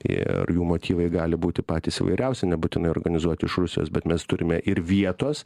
ir jų motyvai gali būti patys įvairiausi nebūtinai organizuoti iš rusijos bet mes turime ir vietos